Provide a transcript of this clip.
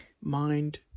mind